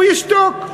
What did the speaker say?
הוא ישתוק.